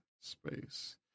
Space